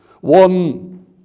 One